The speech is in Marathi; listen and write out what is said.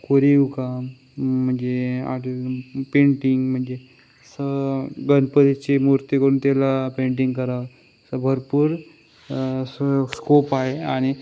कोरीव काम म्हणजे पेंटिंग म्हणजे असं गणपतीची मूर्ती करून त्याला पेंटिंग करावं असं भरपूर असं स्कोप आहे आणि